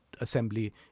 Assembly